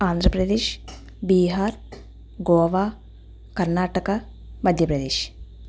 Andhra Pradesh Bihar Goa Karnataka Madhya Pradesh